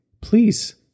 please